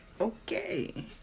Okay